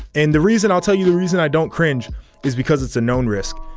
and the reason i'll tell you the reason i don't cringe is because it's a known risk.